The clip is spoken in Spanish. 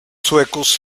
suecos